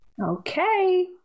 Okay